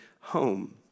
home